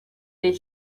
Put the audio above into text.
del